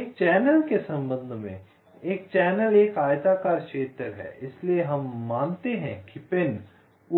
एक चैनल के संबंध में एक चैनल एक आयताकार क्षेत्र है इसलिए हम मानते हैं कि पिन